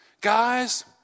Guys